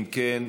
אם כן,